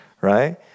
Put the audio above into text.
right